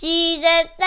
Jesus